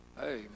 Hey